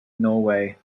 norway